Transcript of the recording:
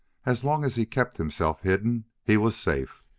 as long as he kept himself hidden, he was safe.